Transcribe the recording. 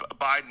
Biden